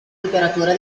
imperatore